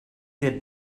did